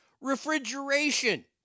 refrigeration